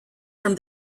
from